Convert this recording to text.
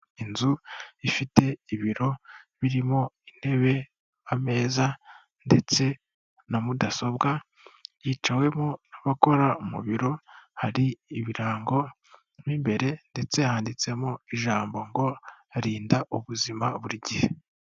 Inzu ifite ibiro birimo intebe, ameza ndetse na mudasobwa hicawemo n'abakora mu biro, hari ibirango n'imbere ndetse handitsemo ijambo ngo arinda ubuzima buri gihe.